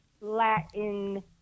latin